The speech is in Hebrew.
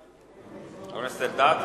חבר הכנסת אלדד,